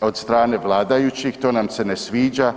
od strane vladajućih, to nam se ne sviđa.